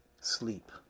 sleep